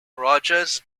rogers